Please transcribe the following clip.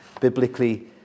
biblically